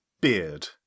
Beard